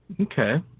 Okay